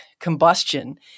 combustion